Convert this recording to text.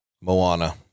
Moana